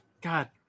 God